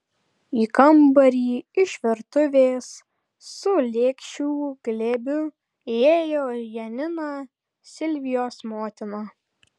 į kambarį iš virtuvės su lėkščių glėbiu įėjo janina silvijos motina